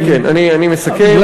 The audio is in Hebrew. אני מסכם.